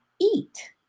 eat